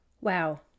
Wow